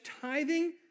tithing